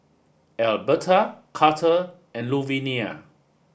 Elberta Karter and Luvinia